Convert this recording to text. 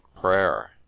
prayer